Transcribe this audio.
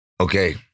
Okay